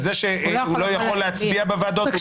את זה שהוא לא יכול להצביע בוועדות.